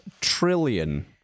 trillion